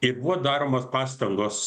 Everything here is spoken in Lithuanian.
ir buvo daromos pastangos